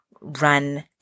run